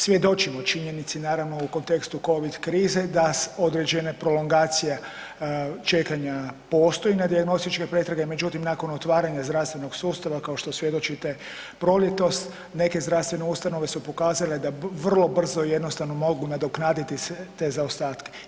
Svjedočimo činjenici naravno u kontekstu covid krize da određene prolongacije čekanja postoje na dijagnostičke pretrage, međutim nakon otvaranja zdravstvenog sustava kao što svjedočite proljetos neke zdravstvene ustanove su pokazale da vrlo brzo i jednostavno mogu nadoknaditi sve te zaostatke.